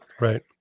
Right